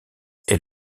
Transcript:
est